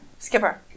Skipper